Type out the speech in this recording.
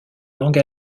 langue